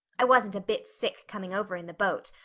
i wasn't a bit sick coming over in the boat.